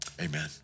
Amen